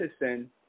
Medicine